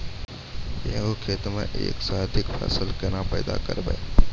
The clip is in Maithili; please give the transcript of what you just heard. एक गो खेतो मे एक से अधिक फसल केना पैदा करबै?